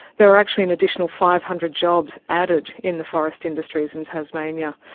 there were actually an additional five hundred jobs added in the forest industries in tasmania.